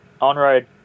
on-road